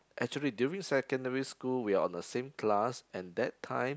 actually during secondary school we are on the same class and that time